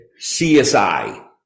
CSI